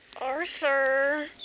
Arthur